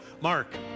Mark